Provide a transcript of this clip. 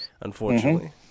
unfortunately